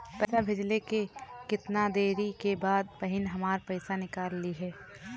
पैसा भेजले के कितना देरी के बाद बहिन हमार पैसा निकाल लिहे?